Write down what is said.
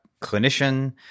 clinician